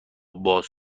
باز